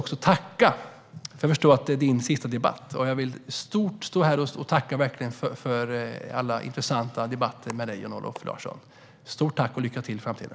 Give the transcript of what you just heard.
Detta är din sista debatt, Jan-Olof Larsson, och jag vill framföra ett stort tack för alla intressanta debatter med dig. Stort tack, och lycka till i framtiden!